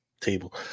table